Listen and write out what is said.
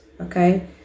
okay